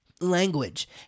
language